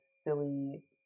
silly